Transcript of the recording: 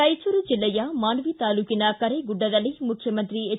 ರಾಯಚೂರು ಜಿಲ್ಲೆಯ ಮಾನ್ವಿ ತಾಲೂಕಿನ ಕರೇಗುಡ್ಡದಲ್ಲಿ ಮುಖ್ಯಮಂತ್ರಿ ಎಚ್